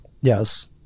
Yes